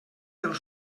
del